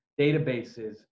databases